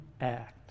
act